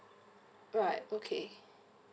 right okay